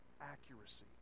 accuracy